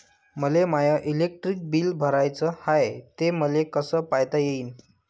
मले माय electric bill भराचं हाय, ते मले कस पायता येईन?